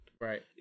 Right